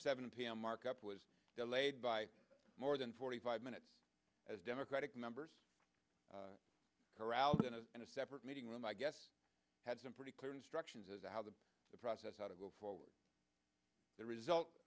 seven p m markup was delayed by more than forty five minutes as democratic members corralled into in a separate meeting room i guess had some pretty clear instructions as to how the process how to go forward the result